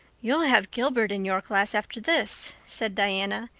you'll have gilbert in your class after this, said diana,